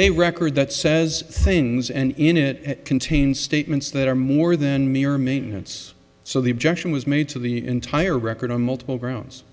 a record that says things and in it contains statements that are more than mere maintenance so the objection was made to the entire record on multiple grounds